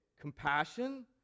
compassion